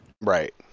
Right